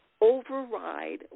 override